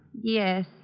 Yes